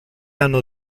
anno